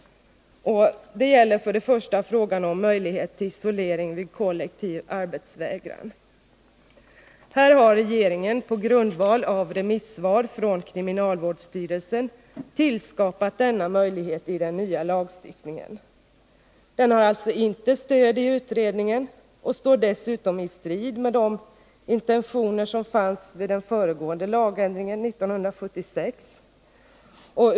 De gäller för det första frågan om möjlighet till isolering vid kollektiv arbetsvägran. Regeringen har på grundval av remissvar från kriminalvårdsstyrelsen tillskapat denna möjlighet i den nya lagstiftningen. Den har alltså inte stöd i utredningen och står dessutom i strid med de intentioner som fanns vid den föregående lagändringen 1976.